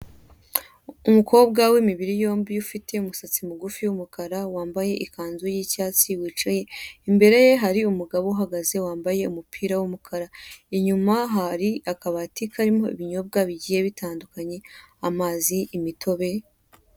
Umukobwa w'imibiri yombi ufite umusatsi mugufi w'umukara, wambaye ikanzu y'icyatsi wicaye imbere ye hari umugabo uhagaze wambaye umupira w'umukara, inyuma hari akabati karimo ibinyobwa bigiye bitandukanye, amazi, imitobe.